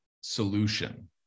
solution